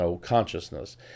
consciousness